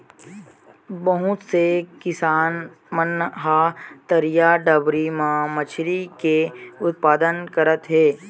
बहुत से किसान मन ह तरईया, डबरी म मछरी के उत्पादन करत हे